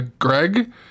Greg